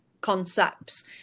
concepts